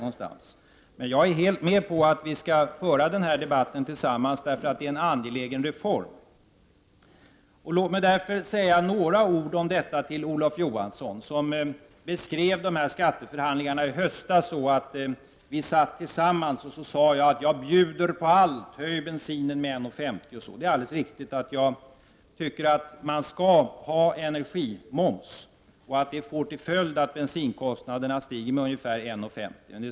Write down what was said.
Däremot är jag helt med på att vi skall föra denna debatt tillsammans, eftersom det är en angelägen reform. Låt mig därför säga några ord om detta till Olof Johansson, som beskrev skatteförhandlingarna i höstas så att vi satt tillsammans och jag då sade att jag bjuder på allt, höj bensinpriset med 1:50 osv. Det är riktigt att jag tycker att man skall ha energimoms. Det får till följd att bensinkostnaderna stiger med ungefär 1:50.